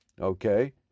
Okay